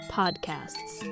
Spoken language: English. podcasts